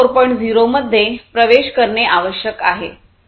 0 मध्ये प्रवेश करणे आवश्यक आहे